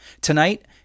Tonight